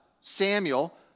Samuel